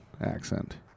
accent